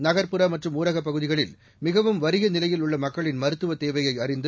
நகர்ப்புற மற்றும் ஊரகப் பகுதிகளில் மிகவும் வறிய நிலையில் உள்ள மக்களின் மருத்துவத் தேவையை அறிந்து